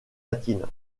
latine